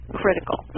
critical